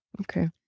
Okay